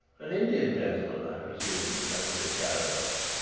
an indian gentleman, i presume? hazarded carrados.